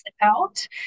out